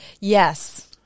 Yes